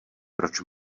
proč